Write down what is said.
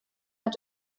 hat